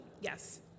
yes